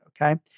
okay